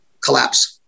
collapse